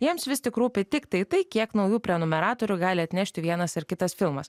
jiems vis tik rūpi tiktai tai kiek naujų prenumeratorių gali atnešti vienas ar kitas filmas